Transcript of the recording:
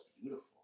beautiful